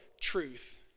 truth